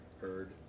heard